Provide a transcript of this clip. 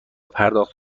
پرداخت